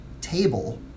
table